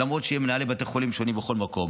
למרות שיהיו מנהלי בתי חולים שונים בכל מקום.